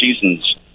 Seasons